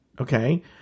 okay